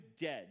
dead